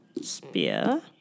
spear